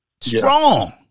Strong